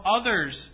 others